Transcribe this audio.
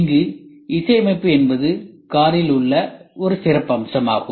இங்கு இசை அமைப்பு என்பது காரில் உள்ள ஒரு சிறப்பம்சம் ஆகும்